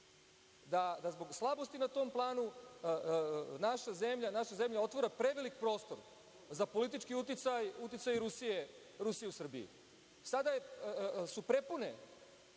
da zbog slabosti na tom planu, naša zemlja otvara prevelik prostor za politički uticaj Rusije u Srbiji. Sada su prepune